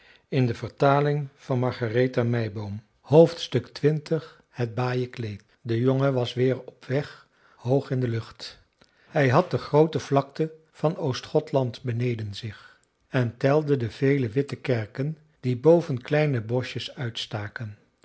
xx het baaien kleed de jongen was weer op weg hoog in de lucht hij had de groote vlakte van oostgothland beneden zich en telde de vele witte kerken die boven kleine boschjes uitstaken